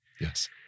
Yes